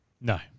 No